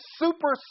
super